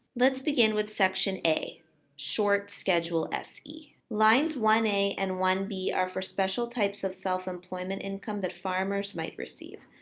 let's begin with section a of short schedule se. lines one a and one b are for special types of self employment income that farmers might receive.